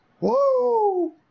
Whoa